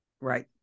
Right